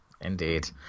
indeed